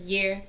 Year